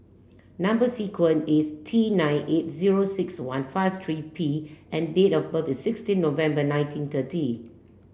number sequence is T nine eight zero six one five three P and date of birth is sixteen November nineteen thirty